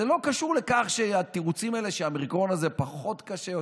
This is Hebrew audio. זה לא קשור לתירוצים האלה שהאומיקרון הזה פחות קשה,